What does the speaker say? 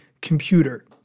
computer